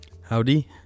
Howdy